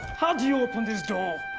how do you open this door?